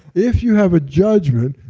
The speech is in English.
if you have a judgment,